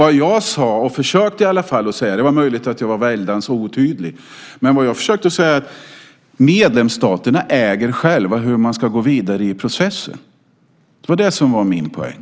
Det jag försökte säga - jag kanske var väldigt otydlig - var att medlemsstaterna själva äger hur man ska gå vidare i processen. Det var min poäng.